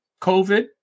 COVID